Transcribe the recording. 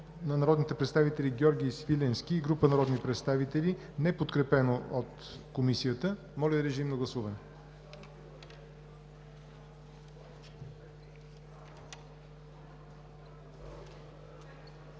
на народните представители Георги Свиленски и група народни представители, неподкрепено от Комисията. Гласували 86 народни